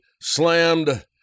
slammed